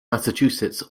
massachusetts